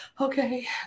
okay